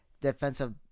defensive